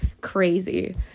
crazy